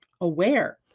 aware